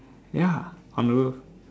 ya on the roof